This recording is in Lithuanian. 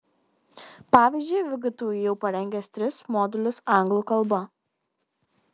pavyzdžiui vgtu jau parengęs tris modulius anglų kalba